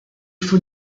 faut